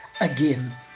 again